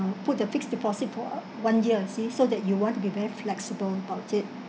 put the fixed deposit for uh one year see so that you want to be very flexible about it